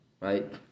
Right